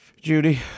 Judy